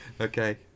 Okay